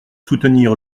soutenir